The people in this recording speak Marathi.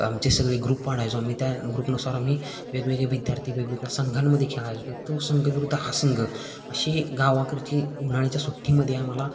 आमचे सगळे ग्रुप पाडायचो आम्ही त्या ग्रुपनुसार आम्ही वेगवेगळे विद्यार्थी वेगवेगळ्या संघांमध्ये खेळायचो तर तो संघ विरुद्ध हा संघ अशी गावाकडची उन्हाळ्याच्या सुट्टीमध्ये आम्हाला